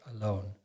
alone